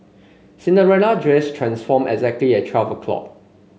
Cinderella dress transformed exactly at twelve o' clock